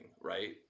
right